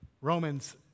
Romans